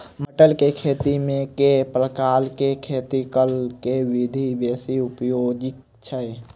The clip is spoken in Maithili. मटर केँ खेती मे केँ प्रकार केँ खेती करऽ केँ विधि बेसी उपयोगी छै?